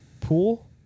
Pool